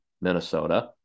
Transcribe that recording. Minnesota